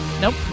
Nope